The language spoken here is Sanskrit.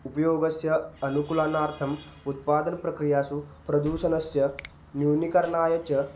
उपयोगस्य अनुकूलनार्थम् उत्पादनप्रक्रियासु प्रदूषणस्य न्यूनीकरणाय च